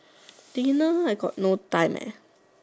dinner I got no time eh